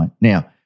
Now